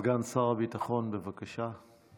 סגן שר הביטחון, בבקשה.